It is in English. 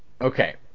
Okay